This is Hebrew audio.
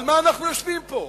על מה אנחנו יושבים פה?